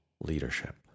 leadership